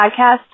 podcast